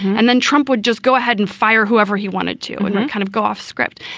and then trump would just go ahead and fire whoever he wanted to and kind of go off script.